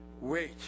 wait